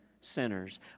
sinners